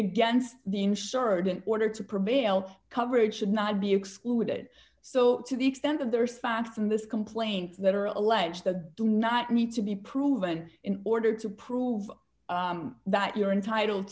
against the insured in order to prevail coverage should not be excluded so to the extent of the response from this complaint that are alleged to do not need to be proven in order to prove that you're entitled